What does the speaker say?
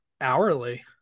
hourly